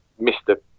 Mr